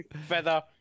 feather